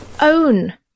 own